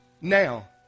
now